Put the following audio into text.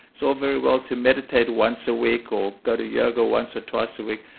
so very well to meditate once a week or go to yoga once or twice a week.